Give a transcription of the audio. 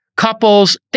couples